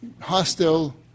hostile